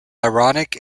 ironic